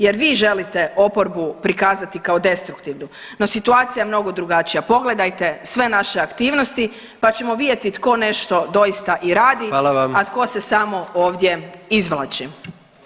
Jer vi želite oporbu prikazati kao destruktivnu, no situacija je mnogo drugačija, pogledajte sve naše aktivnosti pa ćemo vidjeti tko nešto doista i radi, [[Upadica: Hvala vam.]] a tko se samo ovdje izvlači.